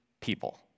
people